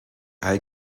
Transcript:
all